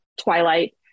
twilight